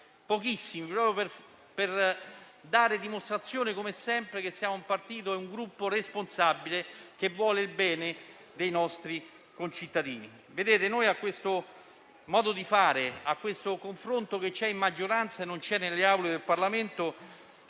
pochissimi, per dare dimostrazione, come sempre, che siamo un partito e un Gruppo responsabile che vuole il bene dei nostri concittadini. Noi a questo modo di fare e a questo confronto che c'è in maggioranza e non c'è nelle Aule del Parlamento